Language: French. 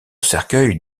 cercueil